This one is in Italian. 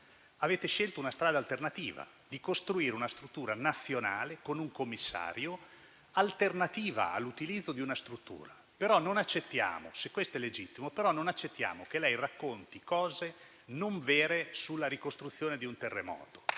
avete scelto una strada, quella di costruire una struttura nazionale con un commissario, alternativa all'utilizzo di una struttura. Questo è legittimo, però non accettiamo che lei racconti cose non vere sulla ricostruzione post terremoto